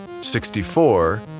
sixty-four